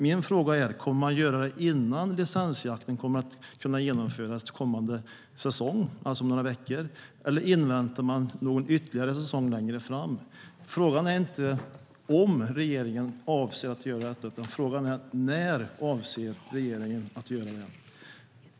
Min fråga är: Kommer man att göra det innan licensjakten kan genomföras kommande säsong, alltså om några veckor, eller inväntar man någon ytterligare säsong längre fram? Frågan är inte om regeringen avser att göra detta, utan när .